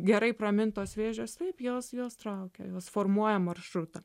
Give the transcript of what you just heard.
gerai pramintos vėžės taip jos jos traukia jos formuoja maršrutą